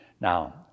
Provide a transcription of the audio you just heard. Now